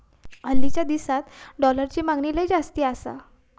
हालीच्या दिसात डॉलरची मागणी लय जास्ती आसा